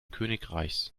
königreichs